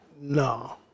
No